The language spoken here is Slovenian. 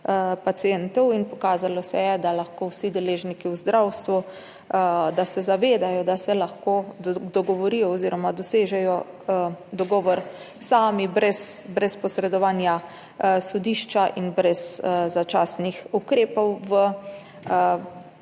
pacientov in pokazalo se je, da se vsi deležniki v zdravstvu zavedajo, da se lahko dogovorijo oziroma dosežejo dogovor sami, brez posredovanja sodišča in brez začasnih ukrepov, v